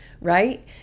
right